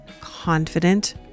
confident